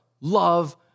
love